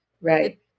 Right